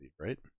right